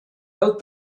out